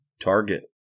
Target